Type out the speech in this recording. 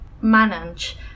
manage